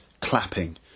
clapping